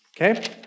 Okay